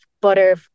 butter